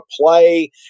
play